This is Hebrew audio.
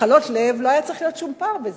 מחלות לב, לא היה צריך להיות שום פער בזה,